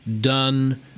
done